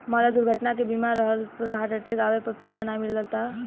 मान ल दुर्घटना के बीमा रहल त हार्ट अटैक आवे पर पइसा ना मिलता